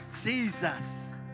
Jesus